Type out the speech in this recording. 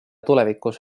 tulevikus